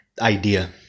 idea